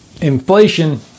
Inflation